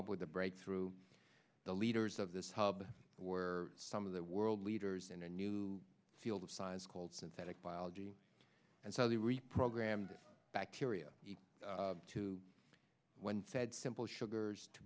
up with a breakthrough the leaders of this hub were some of the world leaders in a new field of science called synthetic biology and so they reprogrammed bacteria to when fed simple sugars to